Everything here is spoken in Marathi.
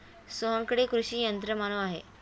सोहनकडे कृषी यंत्रमानव आहे